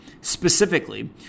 Specifically